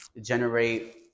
generate